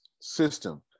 system